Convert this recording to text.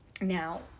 now